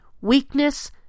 weakness